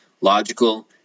logical